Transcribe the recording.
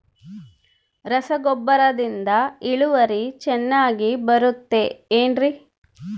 ರಸಗೊಬ್ಬರದಿಂದ ಇಳುವರಿ ಚೆನ್ನಾಗಿ ಬರುತ್ತೆ ಏನ್ರಿ?